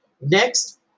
Next